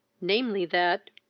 namely, that,